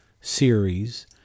series